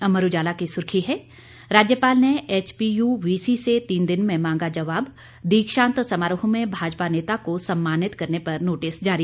अमर उजाला की सुर्खी है राज्यपाल ने एचपीयू वीसी से तीन दिन में मांगा जवाब दीक्षांत समारोह में भाजपा नेता को सम्मानित करने पर नोटिस जारी